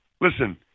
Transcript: Listen